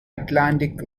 atlantic